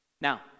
Now